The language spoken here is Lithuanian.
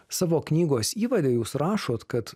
savo knygos įvade jūs rašot kad